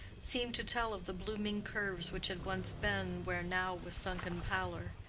seemed to tell of the blooming curves which had once been where now was sunken pallor.